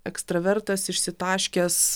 ekstravertas išsitaškęs